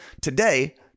today